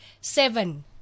seven